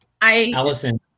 Allison